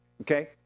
okay